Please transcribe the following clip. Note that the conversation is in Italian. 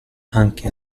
anche